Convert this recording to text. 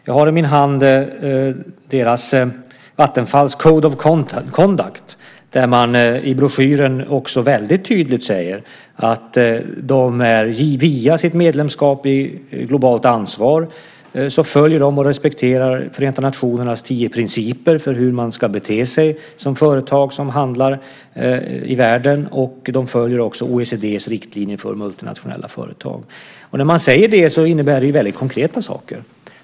Jag har i min hand Vattenfalls code of conduct , där man i broschyren också väldigt tydligt säger att man via sitt medlemskap i Globalt Ansvar följer och respekterar Förenta nationernas tio principer för hur man ska bete sig som företag som handlar i världen. Man följer också OECD:s riktlinjer för multinationella företag. När man säger det innebär det väldigt konkreta saker.